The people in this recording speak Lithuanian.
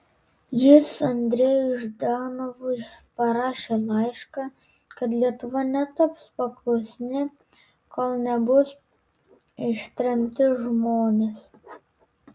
jis andrejui ždanovui parašė laišką kad lietuva netaps paklusni kol nebus ištremti žmonės